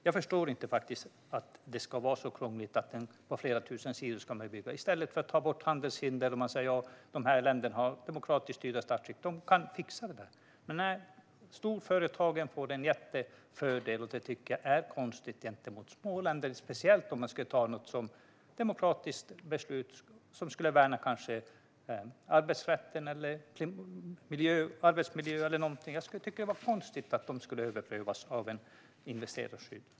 Jag förstår inte att det ska vara så krångligt att det ska behövas flera tusen sidor, i stället för att man tar bort handelshinder och säger att de här länderna styrs enligt demokratiskt statsskick och kan fixa det där. Storföretagen får en jättefördel, och det tycker jag är konstigt gentemot små länder. Om vi skulle fatta ett demokratiskt beslut för att värna till exempel arbetsrätten eller arbetsmiljön skulle jag tycka att det vore konstigt om det skulle överprövas på grund av ett investeringsskydd.